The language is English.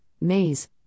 Maze